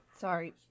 Sorry